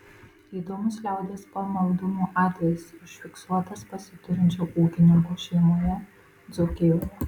įdomus liaudies pamaldumo atvejis užfiksuotas pasiturinčio ūkininko šeimoje dzūkijoje